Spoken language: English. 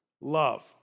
love